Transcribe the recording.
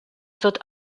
wird